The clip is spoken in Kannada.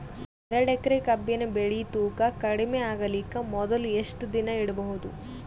ಎರಡೇಕರಿ ಕಬ್ಬಿನ್ ಬೆಳಿ ತೂಕ ಕಡಿಮೆ ಆಗಲಿಕ ಮೊದಲು ಎಷ್ಟ ದಿನ ಇಡಬಹುದು?